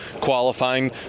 qualifying